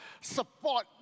support